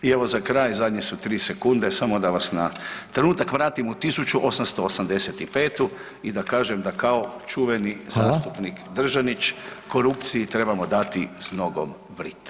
I evo za kraj, zadnje su 3 sekunde, samo da vas na trenutak vratim u 1885. i da kažem da kao čuveni zastupnik [[Upadica: Hvala]] Držanič korupciji trebamo dati s nogom v rit.